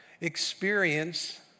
experience